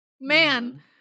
Man